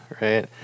right